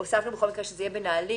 הוספנו שזה יהיה בנהלים,